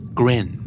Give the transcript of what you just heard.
grin